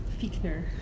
Fichtner